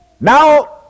Now